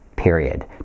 period